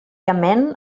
amén